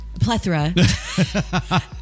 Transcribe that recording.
Plethora